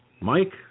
Mike